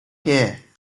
here